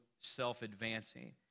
self-advancing